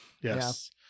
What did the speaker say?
Yes